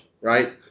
right